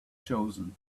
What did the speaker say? chosen